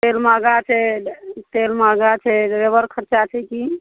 तेल महगा छै तेल महगा छै लेबर खरचा छै कि